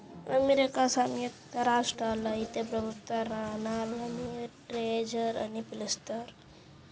America సంయుక్త రాష్ట్రాల్లో అయితే ప్రభుత్వ రుణాల్ని ట్రెజర్ అని పిలుస్తారు